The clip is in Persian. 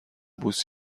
بوس